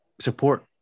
support